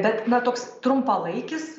bet na toks trumpalaikis